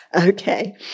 Okay